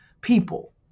people